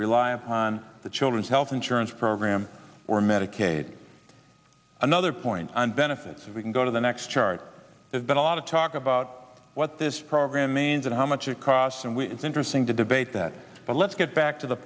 upon the children's health insurance program or medicaid another point on benefits if we can go to the next chart there's been a lot of talk about what this program means and how much it costs and it's interesting to debate that but let's get back to the